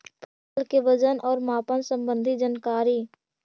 फसल के वजन और मापन संबंधी जनकारी?